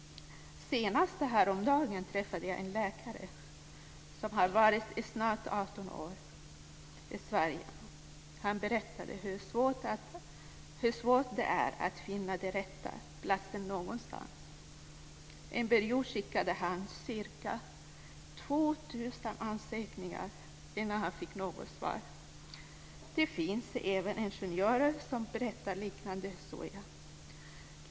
Senast häromdagen träffade jag en läkare som har varit i snart 18 år i Sverige. Han berättade hur svårt det är att finna den rätta platsen någonstans. Under en period skickade han ca 2 000 ansökningar innan han fick något svar. Det finns även ingenjörer som berättar liknande historier.